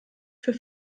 für